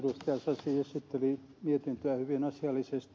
sasi esitteli lausuntoa hyvin asiallisesti